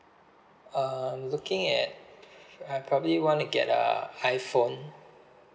uh I'm looking at I probably wanna get a iphone